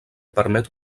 permet